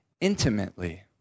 intimately